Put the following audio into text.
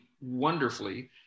wonderfully